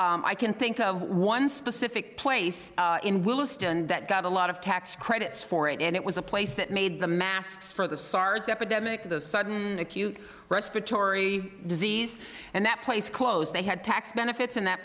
and i can think of one specific place in willesden that got a lot of tax credits for it and it was a place that made the masks for the sars epidemic those sudden acute respiratory disease and that place closed they had tax benefits in that